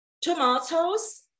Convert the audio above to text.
tomatoes